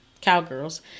Cowgirls